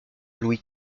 louis